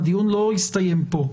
והדיון לא יסתיים פה.